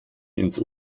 ins